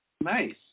Nice